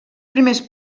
primers